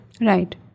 Right